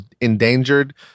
endangered